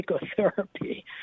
psychotherapy